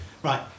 Right